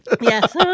Yes